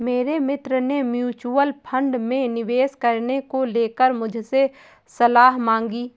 मेरे मित्र ने म्यूच्यूअल फंड में निवेश करने को लेकर मुझसे सलाह मांगी है